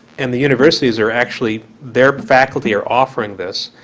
and the universities are actually their faculty are offering this,